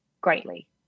greatly